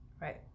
Right